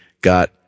got